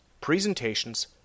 presentations